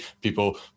people